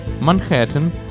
Manhattan